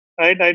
right